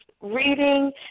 reading